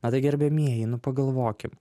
na tai gerbiamieji nu pagalvokim